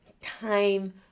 time